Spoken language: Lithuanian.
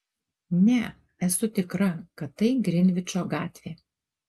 ne esu tikra kad tai grinvičo gatvė